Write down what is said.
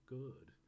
good